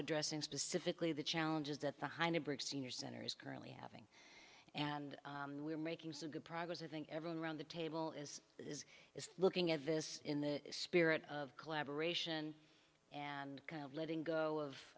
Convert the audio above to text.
addressing specifically the challenges that the hindenburg senior center is currently having and we're making is a good progress i think everyone around the table is is looking at this in the spirit of collaboration and kind of letting go of